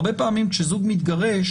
הרבה פעמים כשזוג מתגרש,